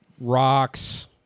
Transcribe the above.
Rocks